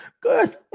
good